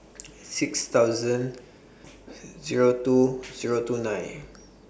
six thousand Zero two Zero two nine